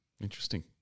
Interesting